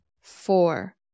four